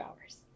hours